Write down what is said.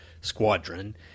squadron